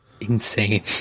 insane